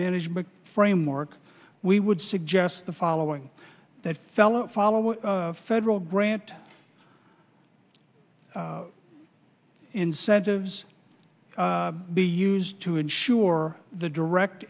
management framework we would suggest the following that fellow following federal grant incentives be used to ensure the direct